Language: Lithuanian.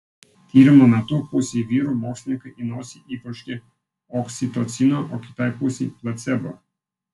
tyrimo metu pusei vyrų mokslininkai į nosį įpurškė oksitocino o kitai pusei placebo